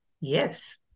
Yes